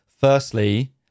Firstly